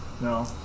No